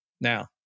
now